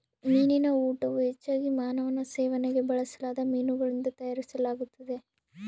ಮೀನಿನ ಊಟವು ಹೆಚ್ಚಾಗಿ ಮಾನವನ ಸೇವನೆಗೆ ಬಳಸದ ಮೀನುಗಳಿಂದ ತಯಾರಿಸಲಾಗುತ್ತದೆ